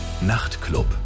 Nachtclub